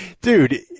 Dude